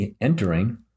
entering